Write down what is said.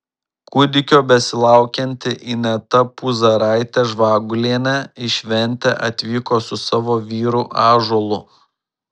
kūdikio besilaukianti ineta puzaraitė žvagulienė į šventę atvyko su savo vyru ąžuolu